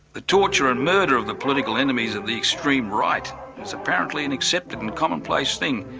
the torture and murder of the political enemies of the extreme right is apparently an accepted and commonplace thing.